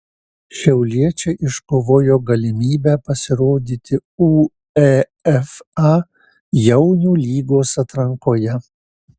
šiauliečiai iškovojo galimybę pasirodyti uefa jaunių lygos atrankoje